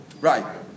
Right